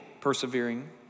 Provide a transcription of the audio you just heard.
persevering